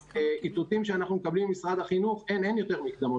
האיתותים שאנחנו מקבלים ממשרד החינוך הם שאין יותר מקדמות,